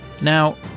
Now